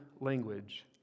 language